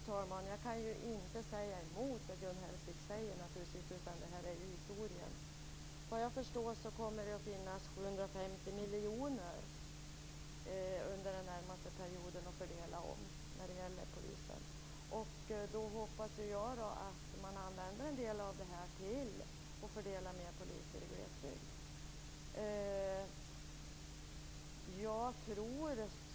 Fru talman! Jag kan naturligtvis inte säga emot det Gun Hellsvik säger, detta är historien. Såvitt jag förstår kommer det att finnas 750 miljoner att fördela om under den närmaste perioden när det gäller polisen. Då hoppas jag att man använder en del av de pengarna till att fördela fler poliser till glesbygd.